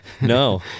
No